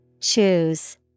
Choose